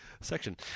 section